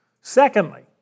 Secondly